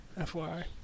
FYI